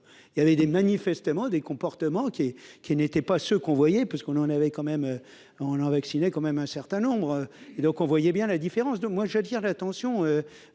il y avait des manifestement des comportements qui est, qui n'était pas ce qu'on voyait parce qu'on en avait quand même en vacciner quand même un certain nombre et donc on voyait bien la différence de moi j'attire l'attention